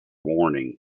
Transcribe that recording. warning